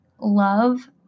love